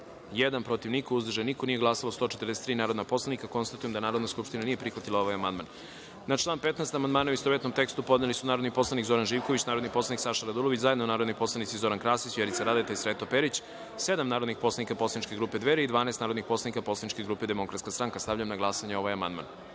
protiv – niko, uzdržanih – nema, nije glasalo 140 narodnih poslanika. Konstatujem da Narodna skupština nije prihvatila ovaj amandman. Na član 27. amandmane, u istovetnom tekstu, podneli su narodni poslanik Zoran Živković, narodni poslanik Saša Radulović, zajedno narodni poslanici Zoran Krasić, Vjerica Radeta i Momčilo Mandić, sedam narodnih poslanik poslaničke grupe Dveri i 12 narodnih poslanika poslaničke grupe Demokratska stranka. Stavljam na glasanje ovaj